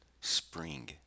spring